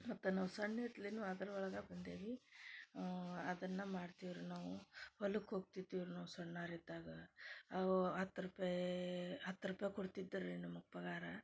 ಮತ್ತು ನಾವು ಸಣ್ಲಿತ್ಲೆನು ಅದ್ರೊಳಗೆ ಬಂದೇವಿ ಅದನ್ನು ಮಾಡ್ತೇವೆ ರೀ ನಾವು ಹೊಲಕ್ಕೆ ಹೋಗ್ತಿದ್ವಿ ರಿ ನಾವು ಸಣ್ಣೋರಿದ್ದಾಗ ಹತ್ತು ರೂಪಾಯಿ ಹತ್ತು ರೂಪಾಯಿ ಕೊಡ್ತಿದ್ದರಿ ನಮ್ಗೆ ಪಗಾರ